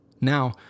Now